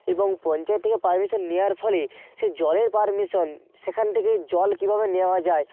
এবং পঞ্চায়েত থেকে পারমিশন নেওয়ার ফলে সে জলের পারমিশন সেখান থেকে জল কীভাবে নেওয়া যায়